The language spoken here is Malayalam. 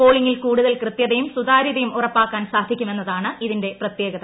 പോളിങ്ങിൽ കൂടുതൽ കൃത്യതയും സുതാരൃതയും ഉറപ്പാക്കാൻ സാധിക്കുമെന്നതാണ് ഇതിന്റെ പ്രത്യേകത